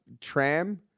tram